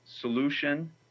Solution